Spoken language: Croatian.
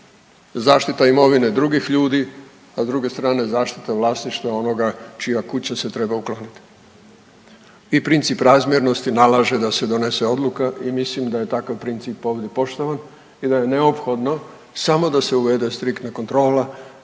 zaštita imovine drugih ljudi, a s druge strane zaštita vlasništva onoga čija kuća se treba ukloniti. I princip razmjernosti nalaže da se donese odluka i mislim da je takav princip ovdje poštovan i da je neophodno samo da se uvede striktna kontrola